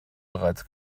bereits